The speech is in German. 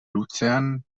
luzern